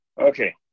okay